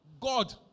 God